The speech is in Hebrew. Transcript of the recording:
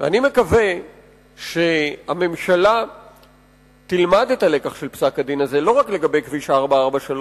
אני מקווה שהממשלה תלמד את הלקח של פסק-הדין הזה לא רק לגבי כביש 443,